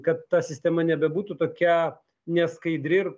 kad ta sistema nebebūtų tokia neskaidri ir